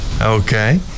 Okay